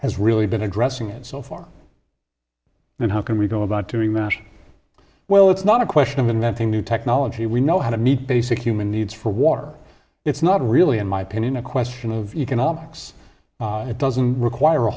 has really been addressing it so far and how can we go about doing that well it's not a question of inventing new technology we know how to meet basic human needs for water it's not really in my opinion a question of economics it doesn't require a